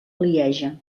lieja